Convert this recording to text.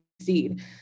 succeed